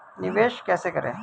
निवेश कैसे करें?